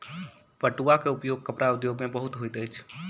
पटुआ के उपयोग कपड़ा उद्योग में बहुत होइत अछि